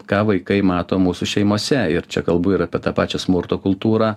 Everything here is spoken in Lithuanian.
ką vaikai mato mūsų šeimose ir čia kalbu ir apie tą pačią smurto kultūrą